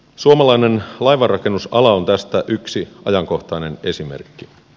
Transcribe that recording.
suomalainen laivanrakennusala on tästä yksi ajankohtainen esimerkki